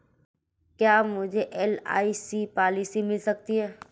क्या मुझे LIC policy मिल सकती है?